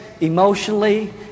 emotionally